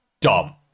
dumb